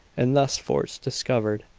and thus fort discovered,